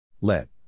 Let